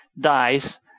dies